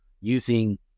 using